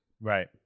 Right